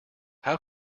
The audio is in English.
how